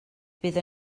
bydd